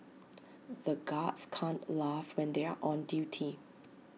the guards can't laugh when they are on duty